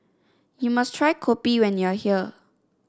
you must try Kopi when you are here